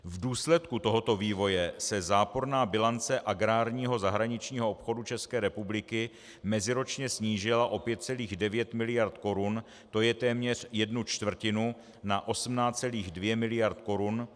V důsledku tohoto vývoje se záporná bilance agrárního zahraničního obchodu České republiky meziročně snížila o 5,9 mld. korun, to je téměř jednu čtvrtinu na 18,2 mld. korun.